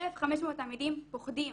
1,500 תלמידים פוחדים.